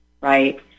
right